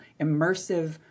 immersive